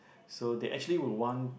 so they actually would want